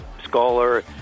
scholar